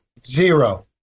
Zero